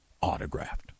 Autographed